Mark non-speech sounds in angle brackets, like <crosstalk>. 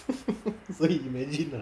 <laughs> so you imagine ah